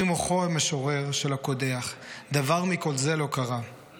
מוחו המשורר / של הקודח / דבר מכל זה לא קרה ////